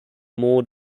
more